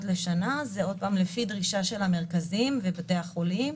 לשנה לפי דרישה של המרכזים ובתי החולים.